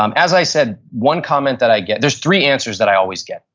um as i said one comment that i get, there's three answers that i always get,